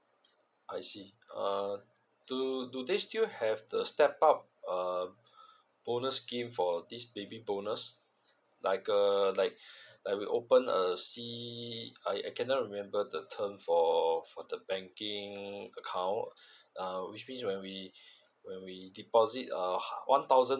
I see uh do do they still have the step out uh bonus scheme for this baby bonus like uh like I will open a C I I cannot remember the term for for the banking account uh which mean when we when we deposit uh one thousand